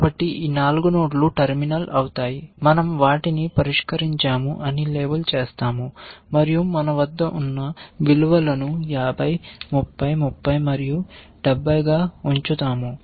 కాబట్టి ఈ 4 నోడ్లు టెర్మినల్ అవుతాయి మన০ వాటిని పరిష్కరించాము అని లేబుల్ చేస్తాము మరియు మన వద్ద ఉన్న విలువలను 50 30 30 మరియు 70 గా ఉంచుతాము